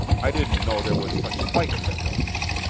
i didn't know there was such fight in the villains.